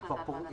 היא כבר הופצה.